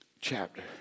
chapter